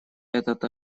этот